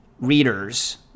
readers